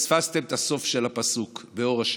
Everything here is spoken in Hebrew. פספסתם את הסוף של הפסוק: "באור ה'".